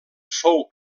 fou